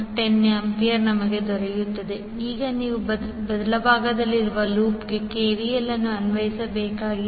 5I0I010A ಈಗ ನೀವು ಬಲಭಾಗದಲ್ಲಿರುವ ಲೂಪ್ಗೆ ಕೆವಿಎಲ್ ಅನ್ನು ಅನ್ವಯಿಸಬೇಕಾಗಿದೆ